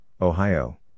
Ohio